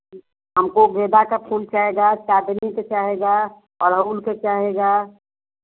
हमको गेंदा का फूल चाहेगा चाँदनी का चाहेगा गुड़हल का चाहेगा